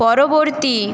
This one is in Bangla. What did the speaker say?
পরবর্তী